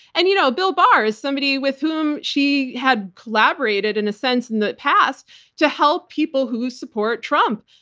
and you know bill barr's somebody with whom she had collaborated, in a sense, in the past to help people who support trump.